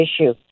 issue